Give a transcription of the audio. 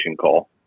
call